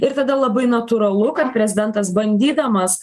ir tada labai natūralu kad prezidentas bandydamas